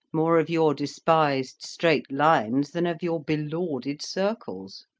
more of your despised straight lines than of your belauded circles.